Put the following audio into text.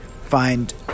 find